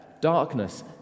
darkness